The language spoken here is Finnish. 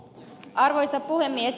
arvoisa puhemies